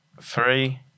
Three